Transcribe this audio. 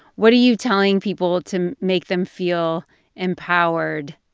what are you telling people to make them feel empowered